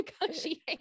negotiate